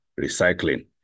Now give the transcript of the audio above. recycling